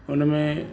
उनमें